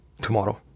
tomorrow